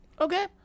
Okay